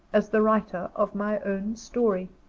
as the writer of my own story?